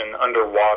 underwater